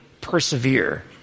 persevere